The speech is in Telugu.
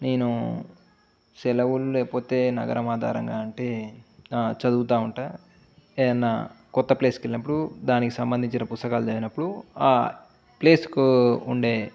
నేను సెలవులు లేకపోతే నగరం ఆధారంగా అంటే చదువుతూ ఉంటాను ఏదైనా కొత్త ప్లేస్కి వెళ్ళినప్పుడు దానికి సంబంధించిన పుస్తకాలు చదివినప్పుడు ఆ ప్లేస్కు ఉండే